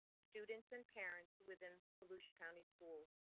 students and parents within volusia county schools.